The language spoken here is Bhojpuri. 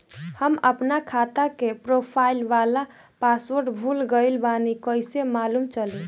हम आपन खाता के प्रोफाइल वाला पासवर्ड भुला गेल बानी कइसे मालूम चली?